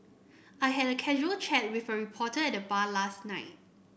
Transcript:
I had a casual chat with a reporter at the bar last night